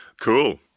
Cool